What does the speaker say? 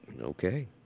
okay